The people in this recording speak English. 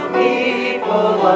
people